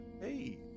Hey